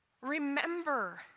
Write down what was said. remember